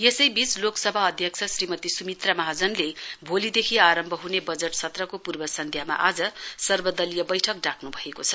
यसैवीच लोकसभा अध्यक्ष श्रीमती सुमित्रा महाजनले भोलिदेखि आरम्भ भइरहेको वजट सत्रको पूर्व सन्ध्यमा आज सर्वदलीय वैठक डाक्नु भएको छ